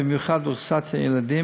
במיוחד באוכלוסיית הילדים,